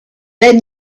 then